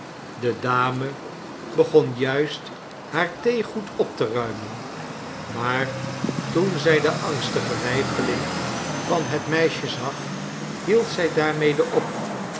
de dame begon juist haar theegoed op te ruimen maar toen zij de angstige weifeling van het meisje zag hield zij daarmede op